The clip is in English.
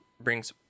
brings